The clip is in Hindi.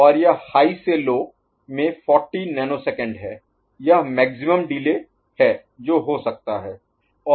और यह हाई से लो में 40 नैनोसेकंड है यह मैक्सिमम डिले Maximum Delay अधिकतम विलंब है जो हो सकता है